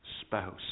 spouse